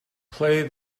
play